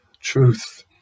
truth